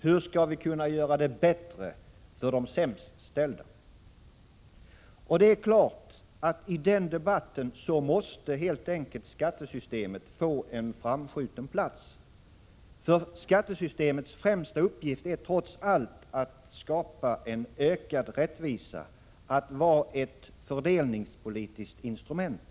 Hur skall vi kunna göra det bättre för de sämst ställda? Det är klart att skattesystemet måste få en framskjuten plats i den debatten, för skattesystemets främsta uppgift är trots allt att skapa en ökad rättvisa, att vara ett fördelningspolitiskt instrument.